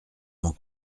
m’en